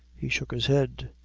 he shook his head.